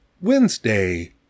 Wednesday